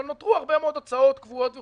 אבל נותרו הרבה מאוד הוצאות קבועות וכו'